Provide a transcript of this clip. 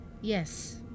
Yes